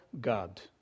God